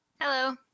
Hello